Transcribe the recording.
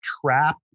trap